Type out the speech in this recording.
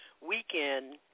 weekend